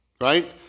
right